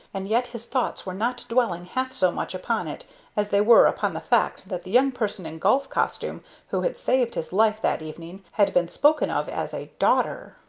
and yet his thoughts were not dwelling half so much upon it as they were upon the fact that the young person in golf costume who had saved his life that evening had been spoken of as a daughter.